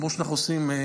כמו שאנחנו עושים,